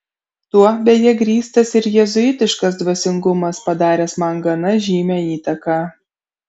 tuo beje grįstas ir jėzuitiškas dvasingumas padaręs man gana žymią įtaką